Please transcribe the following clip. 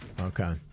okay